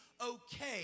okay